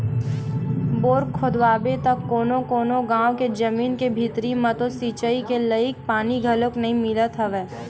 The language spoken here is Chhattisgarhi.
बोर खोदवाबे त कोनो कोनो गाँव के जमीन के भीतरी म तो सिचई के लईक पानी घलोक नइ मिलत हवय